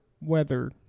weather